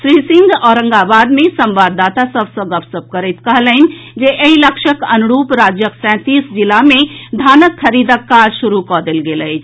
श्री सिंह औरंगाबाद मे संवाददाता सभ सँ गपशप करैत कहलनि जे एहि लक्ष्यक अनुरूप राज्यक सँतीस जिला मे धानक खरीदक काज शुरू कऽ देल गेल अछि